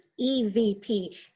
EVP